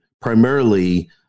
primarily